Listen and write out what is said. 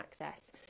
access